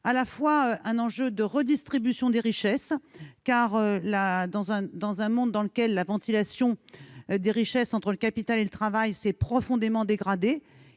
à la fois un enjeu de redistribution des richesses- dans un monde dans lequel la ventilation des richesses entre le capital et le travail s'est profondément dégradée,